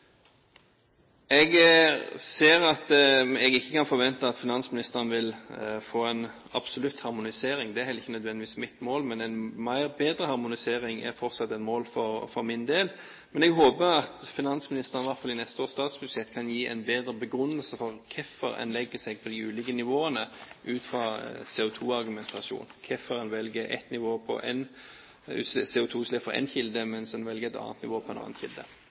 Jeg ser at jeg ikke kan forvente at finansministeren vil få til en absolutt harmonisering. Det er heller ikke nødvendigvis mitt mål, men en bedre harmonisering er fortsatt et mål for min del. Jeg håper at finansministeren i hvert fall i neste års statsbudsjett kan gi en bedre begrunnelse for hvorfor en legger seg på de ulike nivåene ut fra en CO2-argumentasjon: hvorfor en velger ett nivå for CO2-utslipp fra én kilde, mens en velger et annet nivå fra en annen kilde.